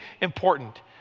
important